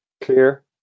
clear